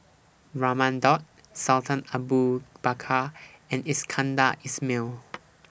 Raman Daud Sultan Abu Bakar and Iskandar Ismail